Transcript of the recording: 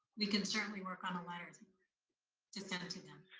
we can certainly work on a letter to send it to them.